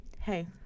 hey